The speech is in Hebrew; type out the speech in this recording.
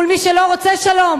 מול מי שלא רוצה שלום?